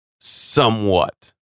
Somewhat